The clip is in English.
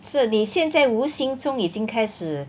是你现在无形中已经开始